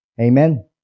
Amen